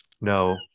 No